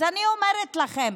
אז אני אומרת לכם,